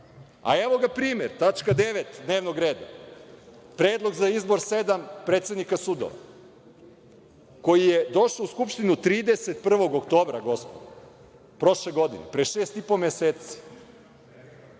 a evo ga primer tačka 9. dnevnog reda – Predlog za izbor sedam predsednika sudova koji je došao u Skupštinu 31. oktobra, gospodo, prošle godine, pre šest i